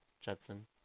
Judson